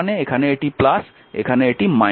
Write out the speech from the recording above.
তার মানে এখানে এটি এখানে এটি